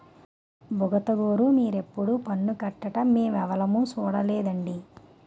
బుగతగోరూ మీరెప్పుడూ పన్ను కట్టడం మేమెవులుమూ సూడలేదండి